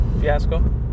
fiasco